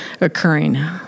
occurring